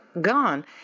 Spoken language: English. gone